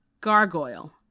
Gargoyle